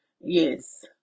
Yes